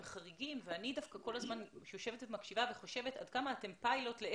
ומקשיבה וחושבת עד כמה אתם פיילוט שמראה